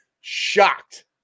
shocked